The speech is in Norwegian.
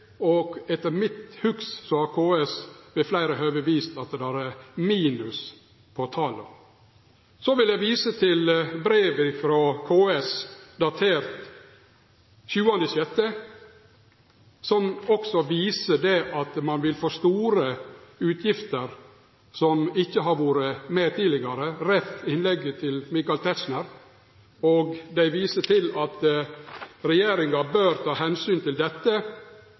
og etter min hugs har KS ved fleire høve vist at det er minus på tala. Så vil eg vise til brevet frå KS datert 7. juni, som også viser at ein vil få store utgifter som ikkje har vore med tidlegare, jf. innlegget til Michael Tetzschner. KS viser til at regjeringa bør ta omsyn til dette